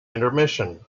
intermission